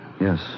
Yes